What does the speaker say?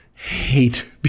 Hate